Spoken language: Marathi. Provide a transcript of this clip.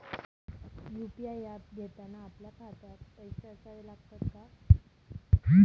यु.पी.आय ऍप घेताना आपल्या खात्यात पैसे असावे लागतात का?